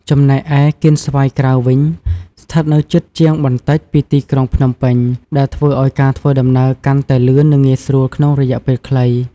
ចំណែកឯ កៀនស្វាយក្រៅ វិញ ស្ថិតនៅជិតជាងបន្តិចពីទីក្រុងភ្នំពេញ ដែលធ្វើឲ្យការធ្វើដំណើរកាន់តែលឿននិងងាយស្រួលក្នុងរយៈពេលដ៏ខ្លី។